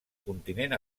continent